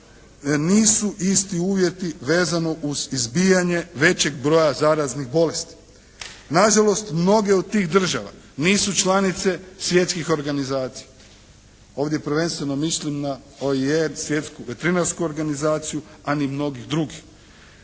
nisu isti uvjeti vezano uz izbijanje većeg broja zaraznih bolesti. Nažalost mnoge od tih država nisu članice svjetskih organizacija, ovdje prvenstveno mislim na OER, Svjetski veterinarsku organizaciju, a ni mnogih drugih.